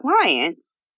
clients